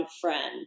friend